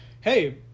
hey